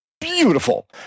beautiful